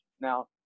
Now